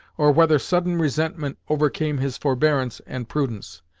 or whether sudden resentment overcame his forbearance and prudence.